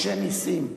משה נסים.